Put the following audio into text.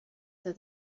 that